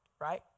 Right